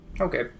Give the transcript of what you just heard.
Okay